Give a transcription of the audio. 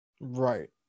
Right